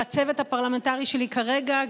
לצוות הפרלמנטרי שלי כרגע,